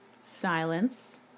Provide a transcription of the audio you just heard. silence